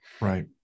Right